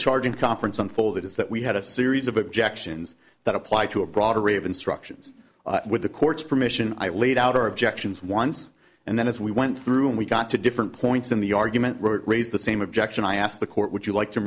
charge in conference unfolded is that we had a series of objections that apply to a broad array of instructions with the court's permission i laid out our objections once and then as we went through and we got to different points in the argument wrote raised the same objection i asked the court would you like to